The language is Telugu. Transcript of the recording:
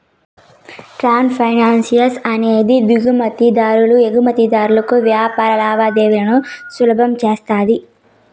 ట్రేడ్ ఫైనాన్స్ అనేది దిగుమతి దారులు ఎగుమతిదారులకు వ్యాపార లావాదేవీలను సులభం చేస్తది